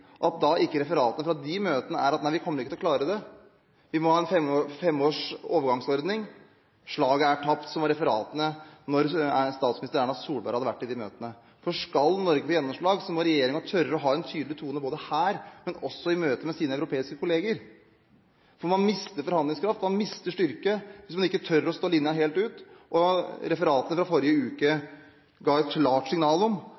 ikke referatene fra disse møtene blir nei, vi kommer ikke til å klare det. Vi må ha en femårig overgangsordning. Slaget er tapt, som i referatene fra møtene Erna Solberg hadde vært i. Skal Norge få gjennomslag, må regjeringen tørre å ha en tydelig tone både her og også i møter med sine europeiske kolleger. Man mister forhandlingskraft, man mister styrke hvis man ikke tør å stå linjen helt ut. Referatene fra forrige uke ga et klart signal om